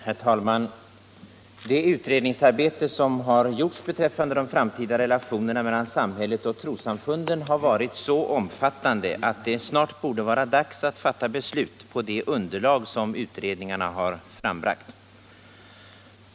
Herr talman! Det utredningsarbete som gjorts beträffande de framtida relationerna mellan samhället och trossamfunden har varit så omfattande att det snart borde vara dags att fatta beslut på det underlag som utredningarna har frambragt.